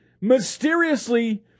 mysteriously